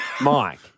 Mike